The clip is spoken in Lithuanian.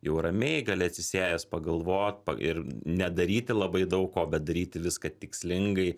jau ramiai gali atsisėdęs pagalvot ir nedaryti labai daug ko bet daryti viską tikslingai